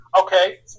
okay